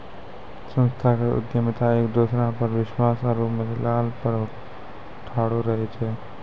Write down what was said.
संस्थागत उद्यमिता एक दोसरा पर विश्वास आरु मेलजोल पर ठाढ़ो रहै छै